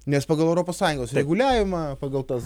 nes pagal europos sąjungos reguliavimą pagal tas